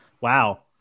Wow